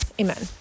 Amen